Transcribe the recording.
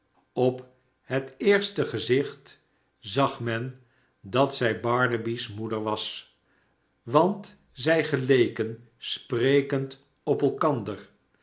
op het eerste gezicht zag men dat zij barnaby's moeder was want zij geleken sprekend op elkander